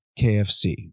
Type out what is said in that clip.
KFC